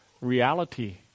reality